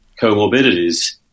comorbidities